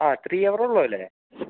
ആ ത്രീ അവർ ഉള്ളൂ അല്ലേ